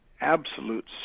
absolute